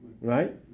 right